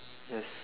yes